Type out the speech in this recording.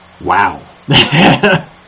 Wow